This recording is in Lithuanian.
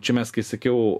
čia mes kai sakiau